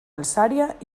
alçària